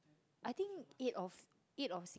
I think eight of eight of